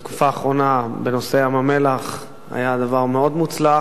האחרונה בנושא ים-המלח היה מאוד מוצלח,